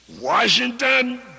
Washington